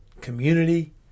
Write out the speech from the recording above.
community